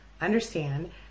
understand